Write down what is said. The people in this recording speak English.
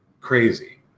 crazy